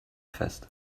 fest